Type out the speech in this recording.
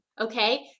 okay